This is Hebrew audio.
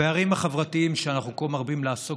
הפערים החברתיים שאנחנו כה מרבים לעסוק